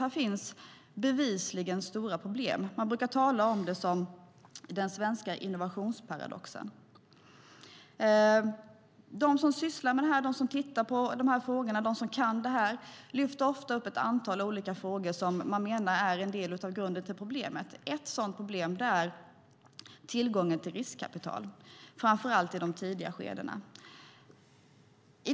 Här finns bevisligen stora problem. Man brukar tala om det som den svenska innovationsparadoxen. De som kan de här frågorna lyfter ofta fram ett antal olika problem som man menar är en del av grunden till problemet. Ett sådant problem är tillgången till riskkapital, framför allt i de tidiga skedena.